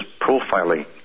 profiling